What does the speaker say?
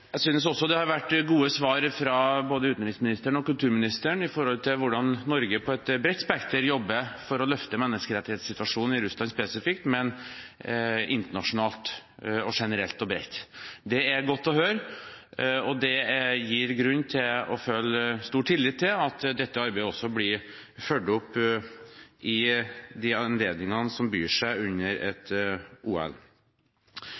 Jeg synes også det har vært gode svar fra både utenriksministeren og kulturministeren når det gjelder hvordan Norge på et bredt spekter jobber for å løfte menneskerettighetssituasjonen i Russland spesifikt, men også internasjonalt og generelt og bredt. Det er godt å høre, og det gir grunn til å føle stor tillit til at dette arbeidet også blir fulgt opp ved de anledningene som byr seg under